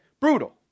Brutal